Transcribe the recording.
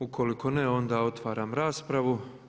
Ukoliko ne onda otvaram raspravu.